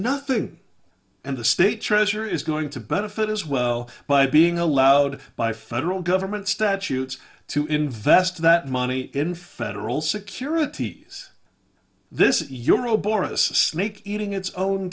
nothing and the state treasurer is going to benefit as well by being allowed by federal government statutes to invest that money in federal securities this is your robe or a snake eating its own